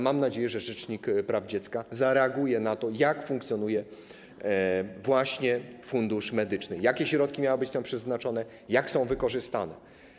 Mam nadzieję, że rzecznik praw dziecka zareaguje na to, jak funkcjonuje Fundusz Medyczny, jakie środki miały być tam przeznaczone, jak są wykorzystane.